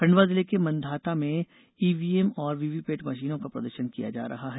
खंडवा जिले के मांधाता में ईवीएम और वीवीपेट मशीनों का प्रदर्शन किया जा रहा है